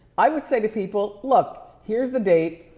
i would say to people, look, here's the date.